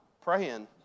praying